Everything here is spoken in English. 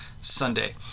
Sunday